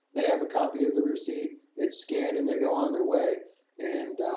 they have a copy of the receipt it's scanned and they go on their way and,